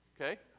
okay